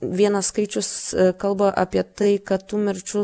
vienas skaičius kalba apie tai kad tų mirčių